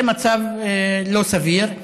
זה מצב לא סביר,